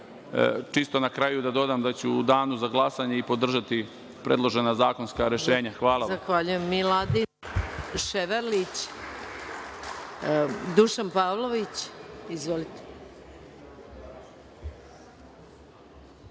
čisto na kraju da dodam da ću u danu za glasanje podržati predložena zakonska rešenja. Hvala